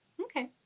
Okay